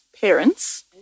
parents